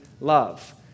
love